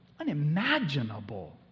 unimaginable